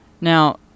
Now